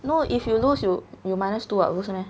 no if you lose you you minus two [what] 不是 meh